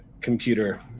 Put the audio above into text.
computer